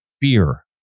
fear